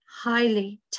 highly